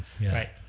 Right